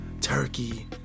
Turkey